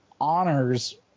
honors